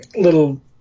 little